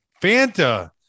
Fanta